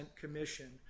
commission